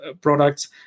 products